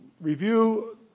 review